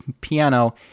piano